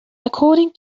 according